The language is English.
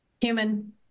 Human